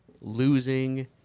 losing